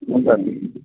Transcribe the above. ఉంటానండి